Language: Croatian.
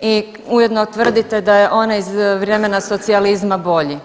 i ujedno tvrdite da je onaj iz vremena socijalizma bolji.